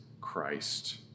Christ